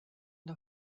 der